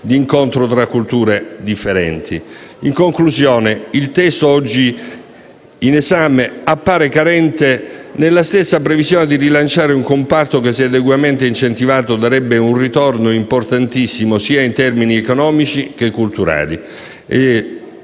In conclusione, il testo oggi in esame appare carente nella stessa previsione di rilanciare un comparto che, se adeguatamente incentivato, darebbe un ritorno importantissimo sia in termini economici che culturali.